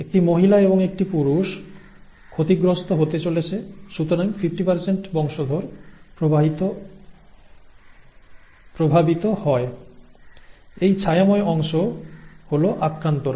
একটি মহিলা এবং এক পুরুষ ক্ষতিগ্রস্থ হতে চলেছে সুতরাং 50 বংশধর প্রভাবিত হয় এই ছায়াময় অংশ হল আক্রান্তরা